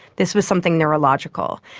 this was something neurological.